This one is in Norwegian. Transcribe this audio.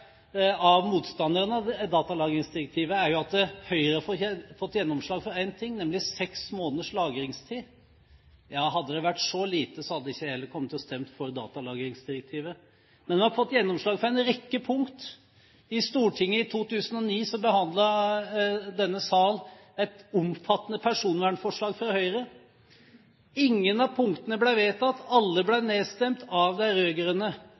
av motstanderne av datalagringsdirektivet, er at Høyre har fått gjennomslag for én ting, nemlig seks måneders lagringstid. Ja, hadde det vært så lite, hadde ikke jeg heller kommet til å stemme for datalagringsdirektivet. Vi har fått gjennomslag for en rekke punkter. I Stortinget i 2009 behandlet denne salen et omfattende personvernforslag fra Høyre. Ingen av punktene ble vedtatt. Alle ble nedstemt av de